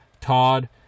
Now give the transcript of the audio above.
Todd